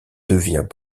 devient